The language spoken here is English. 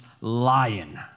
lion